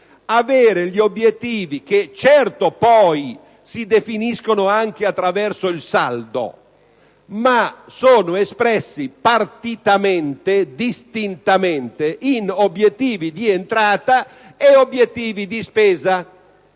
che gli obiettivi, che certo poi si definiscono anche attraverso il saldo, siano espressi partitamente, distintamente, in obiettivi di entrata e obiettivi di spesa.